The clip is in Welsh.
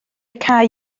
cae